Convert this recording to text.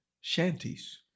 Shanties